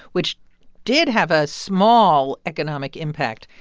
which did have a small economic impact,